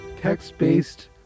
text-based